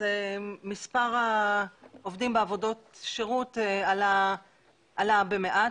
--- מספר העובדים בעבודות שירות עלה במעט,